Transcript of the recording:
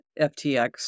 FTX